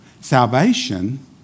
salvation